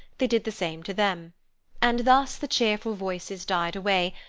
they did the same to them and thus the cheerful voices died away,